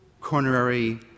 coronary